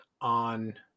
on